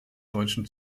deutschen